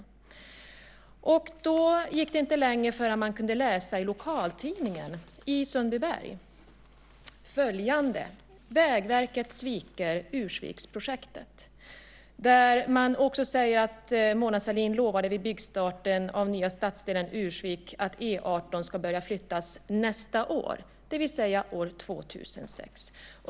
Dock dröjde det inte länge förrän man kunde läsa följande i lokaltidningen i Sundbyberg: Vägverket sviker Ursviksprojektet. Man säger också att Mona Sahlin vid byggstarten av den nya stadsdelen Ursvik lovade att E 18 ska börja flyttas nästa år, det vill säga år 2006.